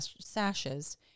sashes